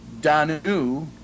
Danu